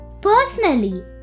personally